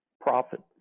profit